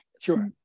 Sure